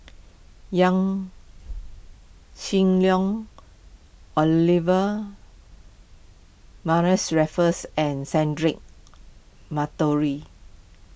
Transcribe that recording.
Yaw Shin Leong Olivia Raffles and Cedric Monteiro